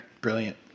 Brilliant